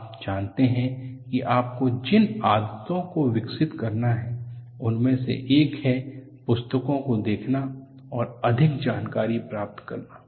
आप जानते हैं कि आपको जिन आदतों को विकसित करना है उनमें से एक है पुस्तकों को देखना और अधिक जानकारी प्राप्त करना